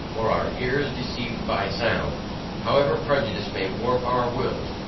or our ears deceived by sound however prejudice may warp our wills,